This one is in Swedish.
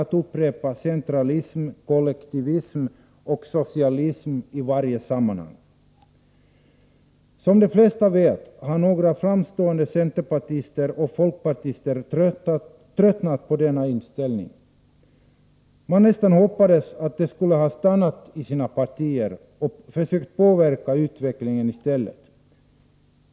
De upprepar orden centralism, kollektivism och socialism i varje sammanhang. Som de flesta vet har några framstående centerpartister och folkpartister tröttnat på denna inställning. Man nästan hoppades att de skulle ha stannat i sina partier och försökt att påverka utvecklingen i stället.